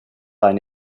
eine